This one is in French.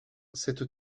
cette